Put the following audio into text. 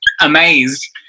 amazed